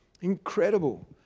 incredible